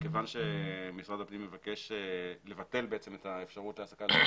כיוון שמשרד הפנים מבקש לבטל את האפשרות להעסקה על פי